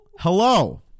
Hello